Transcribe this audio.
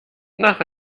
nach